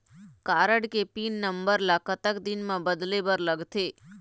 Card के pin number ला कतक दिन म बदले बर लगथे?